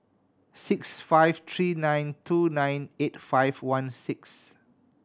six five three nine two nine eight five one six